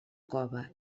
cove